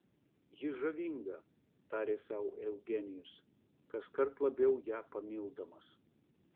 ji žavinga tarė sau eugenijus kaskart labiau ją pamildamas